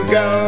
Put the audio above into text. go